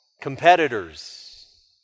competitors